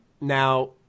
now